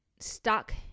stuck